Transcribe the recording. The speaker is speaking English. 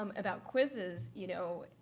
um about quizzes, you know,